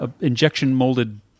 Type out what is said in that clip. injection-molded